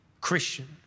Christian